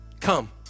Come